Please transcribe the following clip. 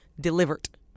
delivered